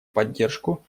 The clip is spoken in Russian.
поддержку